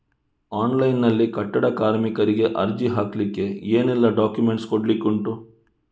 Online ನಲ್ಲಿ ಕಟ್ಟಡ ಕಾರ್ಮಿಕರಿಗೆ ಅರ್ಜಿ ಹಾಕ್ಲಿಕ್ಕೆ ಏನೆಲ್ಲಾ ಡಾಕ್ಯುಮೆಂಟ್ಸ್ ಕೊಡ್ಲಿಕುಂಟು?